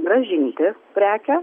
grąžinti prekę